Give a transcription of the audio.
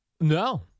no